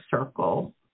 circle